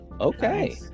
Okay